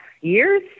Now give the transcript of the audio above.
years